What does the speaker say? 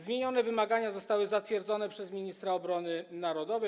Zmienione wymagania zostały zatwierdzone przez ministra obrony narodowej.